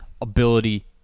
ability